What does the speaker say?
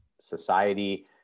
society